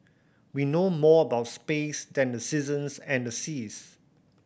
we know more about space than the seasons and the seas